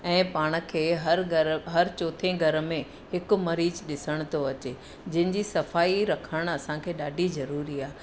ऐं पाण खे हर घरि हर चोथें घर में हिकु मरीज़ु ॾिसण थो अचे जंहिं जी सफ़ाई रखणु असांखे ॾाढी ज़रूरी आहे